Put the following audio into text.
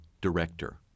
director